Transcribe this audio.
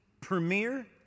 premier